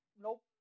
nope